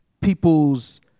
people's